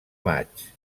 maig